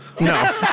No